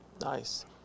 Nice